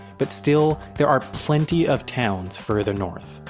but still, there are plenty of towns further north.